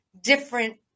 different